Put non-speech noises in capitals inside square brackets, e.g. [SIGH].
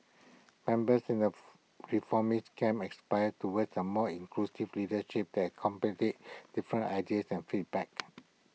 members in the [NOISE] reformist camp aspire towards A more inclusive leadership that accommodates different ideas and feedback